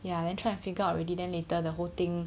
ya then try and figure out already then later the whole thing